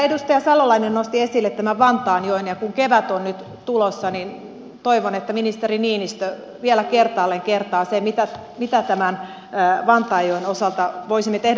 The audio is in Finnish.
edustaja salolainen nosti esille vantaanjoen ja kun kevät on nyt tulossa toivon että ministeri niinistö vielä kertaalleen kertaa sen mitä vantaanjoen osalta voisimme tehdä